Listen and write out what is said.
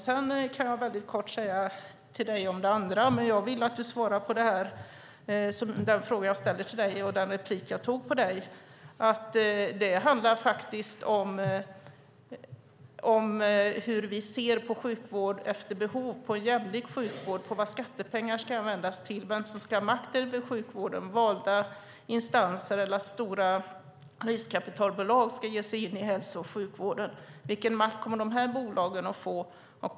Sedan kan jag kort svara dig om det andra, men jag vill att du svarar på den fråga som jag ställer till dig i den replik som jag tog på dig. Det handlar om hur vi ser på sjukvård efter behov, på jämlik sjukvård, på vad skattepengar ska användas till och på vem som ska ha makten över sjukvården, om det är valda instanser eller om stora riskkapitalbolag ska ge sig in i hälso och sjukvården. Vilken makt kommer de bolagen att få?